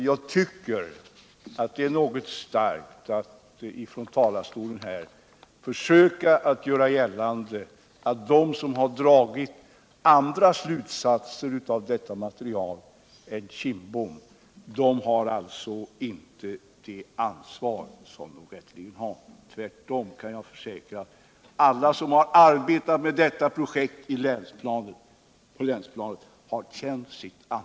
Jag tycker att det är väl starkt att från denna talarstol försöka göra gällande att de som har dragit andra slutsatser av detta material än vad Bengt Kindbom har gjort inte känner samma ansvar som han.